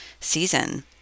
season